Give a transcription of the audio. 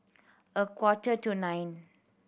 a quarter to nine